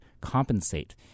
compensate